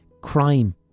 crime